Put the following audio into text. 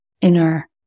inner